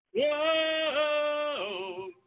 Whoa